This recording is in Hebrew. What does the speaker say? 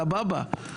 סבבה,